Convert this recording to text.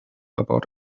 about